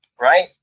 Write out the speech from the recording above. Right